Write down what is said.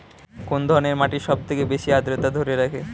কোন ধরনের মাটি সবথেকে বেশি আদ্রতা ধরে রাখে?